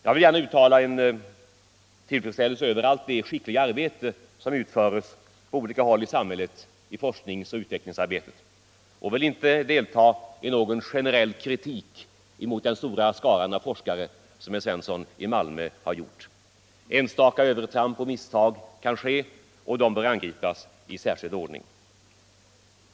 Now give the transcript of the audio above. Jag vill gärna uttala min tillfredsställelse med allt det skickliga arbete som utförs på olika håll i forskningsoch utvecklingsarbete. Jag vill inte delta i någon generell kritik mot den stora skaran av forskare, som herr Svensson i Malmö har gjort. Enstaka övertramp och misstag kan ske och de bör angripas i särskild ordning.